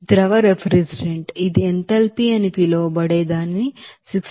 కాబట్టి ద్రవ రిఫ్రిజిరెంట్ ఇది ఎంథాల్పీ అని పిలువబడే దానిని 64